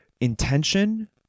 intention